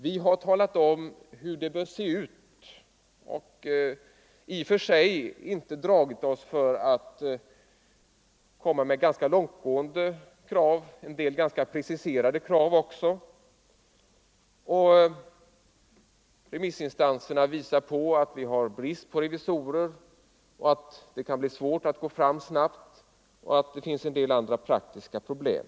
Vi har talat om hur det bör se ut och i och för sig inte dragit oss för att komma med ganska långtgående krav — och en del ganska preciserade. Remissinstanserna visar på att det råder brist på revisorer, att det kan bli svårt att få fram revisorer snabbt och att det finns en del andra praktiska problem.